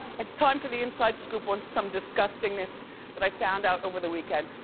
it's time for the inside scoop on some disgustingness that i found out over the weekend.